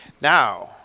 Now